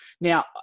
Now